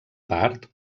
part